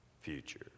future